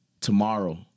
tomorrow